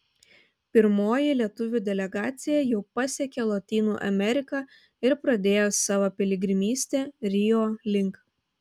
pirmoji lietuvių delegacija jau pasiekė lotynų ameriką ir pradėjo savo piligrimystę rio link